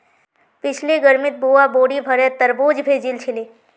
पिछली गर्मीत बुआ बोरी भोरे तरबूज भेजिल छिले